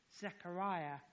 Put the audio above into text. Zechariah